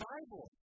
Bible